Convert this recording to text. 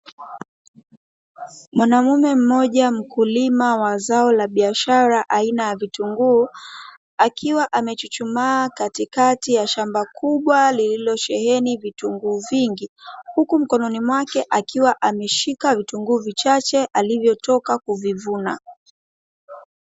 Mwanaume mmoja mkulima wa zao la biashara aina ya vitunguu, akiwa amechuchumaa katikati ya shamba kubwa liilosheheni vitunguu vingi, huku mkononi mwake akiwa ameshika vitunguu vichache alivyotoka kuvivuna.